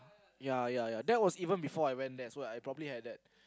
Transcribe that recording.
ya ya ya that was even before I went there so I probably have that